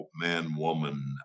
man-woman